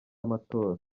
amatora